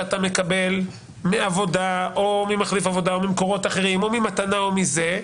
מקבל מעבודה או ממחליף עבודה או ממקורות אחרים כמו מתנה וכדומה,